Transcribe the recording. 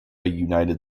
united